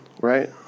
right